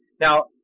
Now